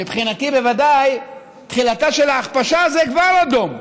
מבחינתי, בוודאי תחילתה של ההכפשה זה כבר אדום,